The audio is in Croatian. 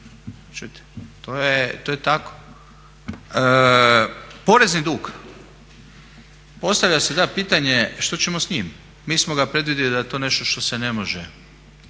to je tako. Porezni dug, postavlja se da pitanje što ćemo s njim. Mi smo ga predvidjeli da je to nešto što se ne može,